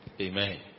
Amen